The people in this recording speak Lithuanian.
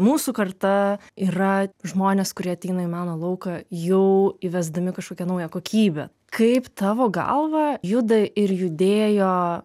mūsų karta yra žmonės kurie ateina į meno lauką jau įvesdami kažkokią naują kokybę kaip tavo galva juda ir judėjo